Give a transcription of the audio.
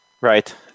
Right